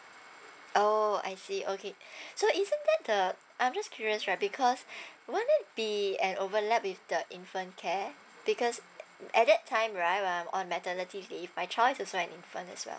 orh I see okay so isn't that the I'm just curious right because wouldnt there be an overlap with the infant care because at that time right where I was on maternity leave my child is also an infant as well